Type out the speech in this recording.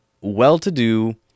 well-to-do